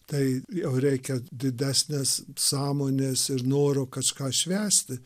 tai jau reikia didesnės sąmonės ir noro kažką švęsti